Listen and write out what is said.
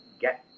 get